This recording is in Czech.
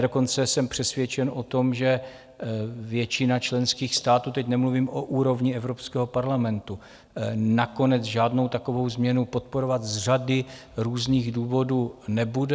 Dokonce jsem přesvědčen o tom, že většina členských států, teď nemluvím o úrovni Evropského parlamentu, nakonec žádnou takovou změnu podporovat z řady různých důvodů nebude.